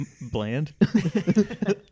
bland